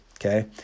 okay